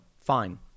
Fine